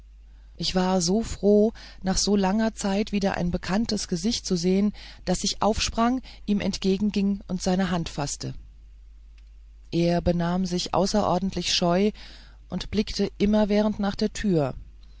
ich war so froh nach so langer zeit wieder ein bekanntes gesicht zu sehen daß ich aufsprang ihm entgegenging und seine hand faßte er benahm sich außerordentlich scheu und blickte immerwährend nach der türe